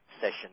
session